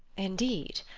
indeed!